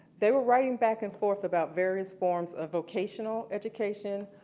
they were writing back and forth about various forms of vocational education,